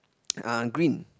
uh green